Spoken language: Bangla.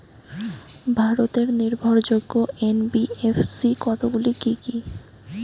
ভারতের নির্ভরযোগ্য এন.বি.এফ.সি কতগুলি কি কি?